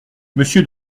monsieur